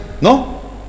No